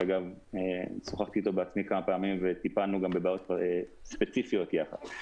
שאגב שוחחתי איתו בעצמי כמה פעמים וטיפלנו גם בבעיות ספציפיות יחד.